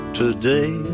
today